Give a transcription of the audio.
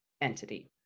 entity